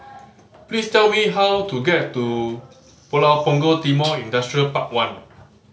please tell me how to get to Pulau Punggol Timor Industrial Park One